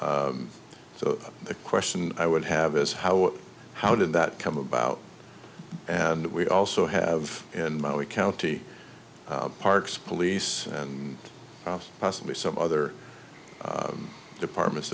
so the question i would have is how how did that come about and we also have in my county parks police and possibly some other departments